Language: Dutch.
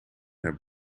naar